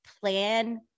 plan